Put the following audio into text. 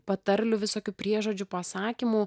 patarlių visokių priežodžių pasakymų